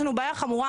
יש לנו בעיה חמורה,